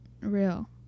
real